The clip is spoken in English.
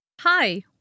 hi